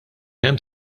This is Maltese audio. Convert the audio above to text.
hemm